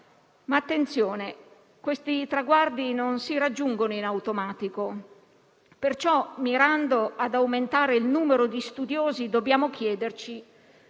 però perché questi traguardi non si raggiungono in automatico, perciò, mirando ad aumentare il numero di studiosi, dobbiamo chiederci